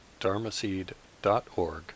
dharmaseed.org